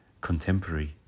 contemporary